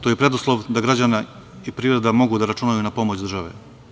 To je preduslov da građani i privreda mogu da računaju na pomoć države.